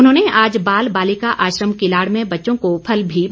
उन्होंने आज बाल बालिका आश्रम किलाड़ में बच्चों को फल भी बांटे